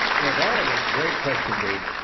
you know that is a great question, dave.